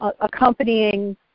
accompanying